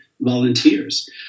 Volunteers